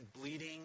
bleeding